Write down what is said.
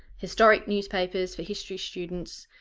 historic newspapers for history students.